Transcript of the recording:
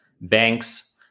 banks